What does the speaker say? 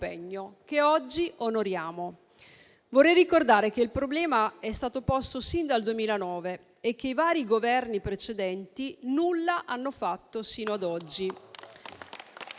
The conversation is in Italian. che oggi onoriamo. Vorrei ricordare che il problema è stato posto sin dal 2009 e che i vari Governi precedenti nulla hanno fatto sino ad oggi.